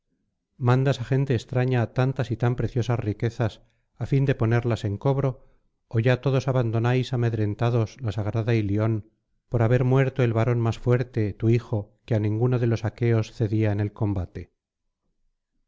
mandas á gente extraña tantas y tan preciosas riquezas á fin de ponerlas en cobro ó ya todos abandonáis amedrentados la sagrada ilion por haber muerto el varón más fuerte tu hijo que á ninguno de los aqueos cedía en el combate